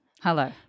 Hello